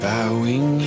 Bowing